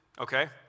okay